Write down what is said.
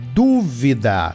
dúvida